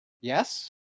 Yes